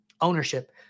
ownership